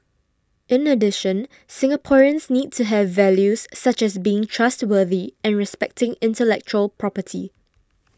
in addition Singaporeans need to have values such as being trustworthy and respecting intellectual property